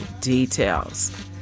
details